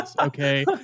okay